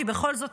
כי בכל זאת,